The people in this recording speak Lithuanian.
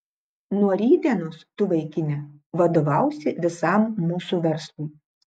nuo rytdienos tu vaikine vadovausi visam mūsų verslui